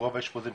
רוב האשפוזים,